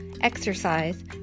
exercise